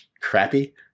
crappy